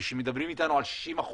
כשמדברים אתנו על 60%,